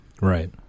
Right